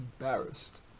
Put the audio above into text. embarrassed